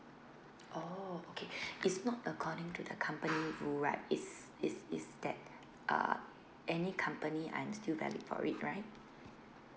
oh okay it's not according to the company rule right is is is that uh any company I'm still valid for it right